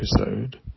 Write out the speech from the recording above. episode